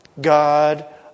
God